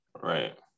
right